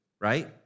right